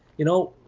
you know,